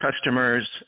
customers